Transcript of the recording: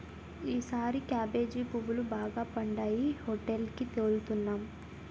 ఈసారి కేబేజీ పువ్వులు బాగా పండాయి హోటేలికి తోలుతన్నాం